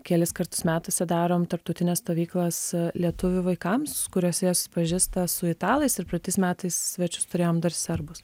kelis kartus metuose darom tarptautines stovyklas lietuvių vaikams kurias jie susipažįsta su italais ir praeitais metais svečius turėjom dar serbus